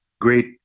great